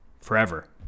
forever